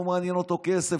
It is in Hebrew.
לא מעניין אותו כסף,